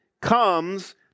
comes